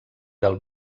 del